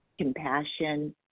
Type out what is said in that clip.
compassion